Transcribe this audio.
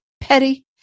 petty